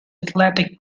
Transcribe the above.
athletic